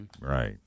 right